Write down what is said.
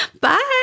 bye